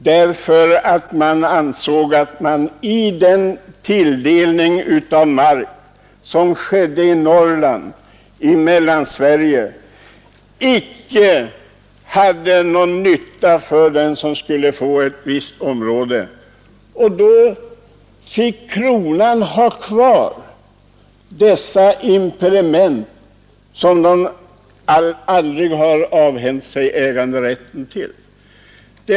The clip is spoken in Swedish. Man ansåg nämligen att dessa impediment vid den tilldelning av mark som skedde i Norrland och Mellansverige inte var till någon nytta för den som skulle få ett visst område. Då fick kronan ha kvar dem och har aldrig avhänt sig äganderätten till dem.